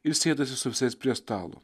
ir sėdasi su visais prie stalo